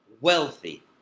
wealthy